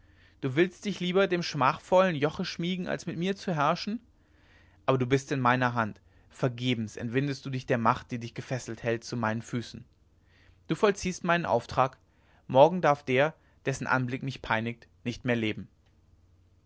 du willst dich lieber dem schmachvollen joche schmiegen als mit mir herrschen aber du bist in meiner hand vergebens entwindest du dich der macht die dich gefesselt hält zu meinen füßen du vollziehst meinen auftrag morgen darf der dessen anblick mich peinigt nicht mehr leben